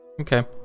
Okay